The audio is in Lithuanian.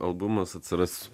albumas atsiras